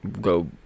go